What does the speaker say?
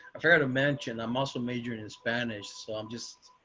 forgot to mention i muscle major in and spanish. so i'm just,